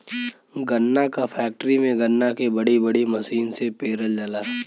गन्ना क फैक्ट्री में गन्ना के बड़ी बड़ी मसीन से पेरल जाला